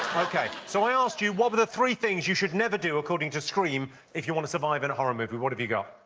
ok. so, i asked you, what were the three things you should never do, according to scream, if you want to survive in a horror movie. what have you got?